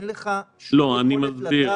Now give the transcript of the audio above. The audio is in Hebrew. אין לך שום יכולת לדעת.